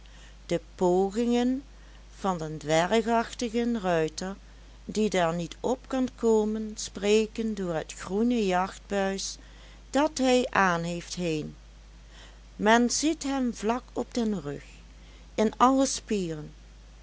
de pogingen van den dwergachtigen ruiter die der niet op kan komen spreken door het groene jachtbuis dat hij aanheeft heen men ziet hem vlak op den rug in alle spieren